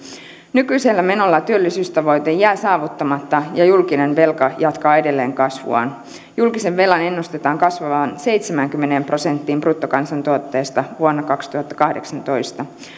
nykyisellä menolla työllisyystavoite jää saavuttamatta ja julkinen velka jatkaa edelleen kasvuaan julkisen velan ennustetaan kasvavan seitsemäänkymmeneen prosenttiin bruttokansantuotteesta vuonna kaksituhattakahdeksantoista